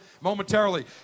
momentarily